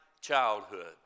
childhood